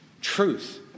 Truth